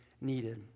needed